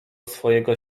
swojego